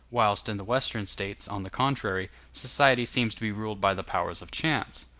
whilst in the western states, on the contrary, society seems to be ruled by the powers of chance?